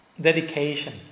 dedication